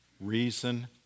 reason